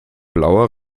blauer